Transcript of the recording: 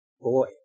boy